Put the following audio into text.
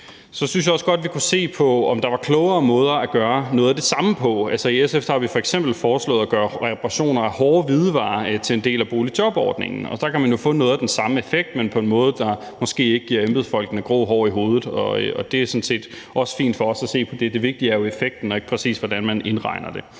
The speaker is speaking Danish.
Så synes jeg også godt, vi kunne se på, om der var klogere måder at gøre noget af det samme på. Altså, i SF har vi f.eks. foreslået at gøre reparationer af hårde hvidevarer til en del af boligjobordningen, og så kan man jo få noget af den samme effekt, men på en måde, der måske ikke giver embedsfolkene grå hår i hovedet. Og det er sådan set også fint for os at se på det. Det vigtige er jo effekten, og ikke hvordan man præcis indregner det.